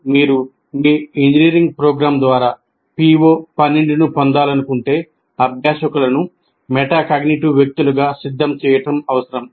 మీరు మీ engineering programme ద్వారా PO 12 ను పొందాలనుకుంటే అభ్యాసకులను మెటాకాగ్నిటివ్ వ్యక్తులుగా సిద్ధం చేయడం అవసరం